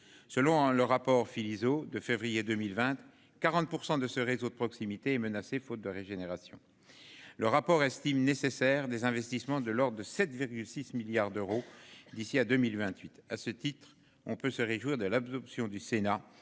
Selon le rapport Philizot de février 2020 40 % de ce réseau de proximité et menacée faute de régénération. Le rapport estime nécessaire des investissements de l'ordre de 7,6 milliards d'euros d'ici à 2028. À ce titre, on peut se réjouir de l'absorption du Sénat